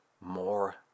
more